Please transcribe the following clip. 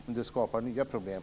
Men det skapar nya problem.